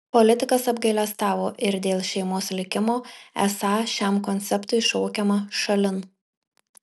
politikas apgailestavo ir dėl šeimos likimo esą šiam konceptui šaukiama šalin